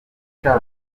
inyuma